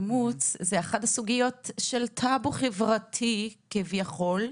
אימוץ זה אחת הסוגיות של טאבו חברתי כביכול.